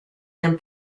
and